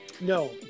No